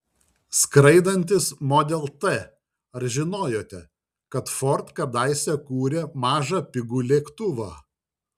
skraidantis model t ar žinojote kad ford kadaise kūrė mažą pigų lėktuvą